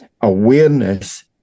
awareness